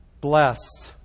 blessed